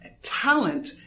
talent